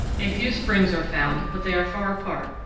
a few springs are found, but they are far apart,